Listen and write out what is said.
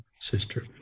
sister